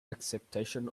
acceptation